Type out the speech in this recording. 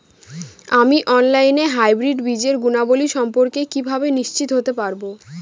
আমি অনলাইনে হাইব্রিড বীজের গুণাবলী সম্পর্কে কিভাবে নিশ্চিত হতে পারব?